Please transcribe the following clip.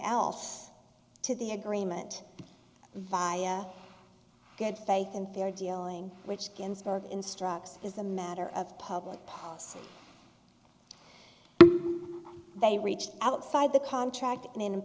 else to the agreement via good faith and fair dealing which ginsburg instructs is a matter of public policy they reached outside the contract